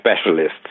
specialists